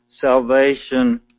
salvation